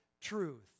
truth